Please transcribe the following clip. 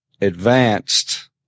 advanced –